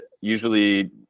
usually